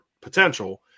potential